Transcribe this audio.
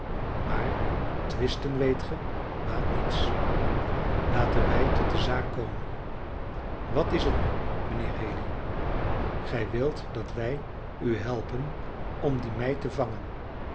maar twisten weet ge baat niets laten wij tot de zaak komen wat is het nu mijnheer haley gij wilt dat wij u helpen om die meid te vangen